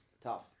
tough